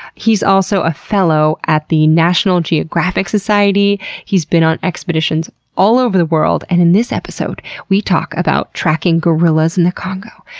he's also a fellow at the national geographic society he's been on expeditions all over the world, and in this episode we talk about tracking gorillas in congo,